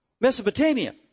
Mesopotamia